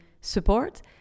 support